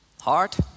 Heart